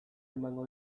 emango